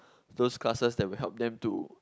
those classes that will help them to